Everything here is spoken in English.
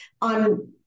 on